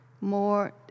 More